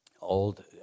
old